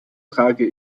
trage